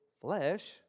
flesh